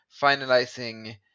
finalizing